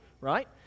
right